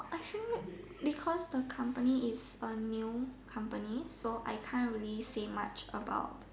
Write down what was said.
I feel because the company is a new company so I can't really say much about